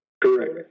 correct